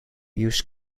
used